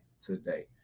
today